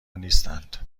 نیستند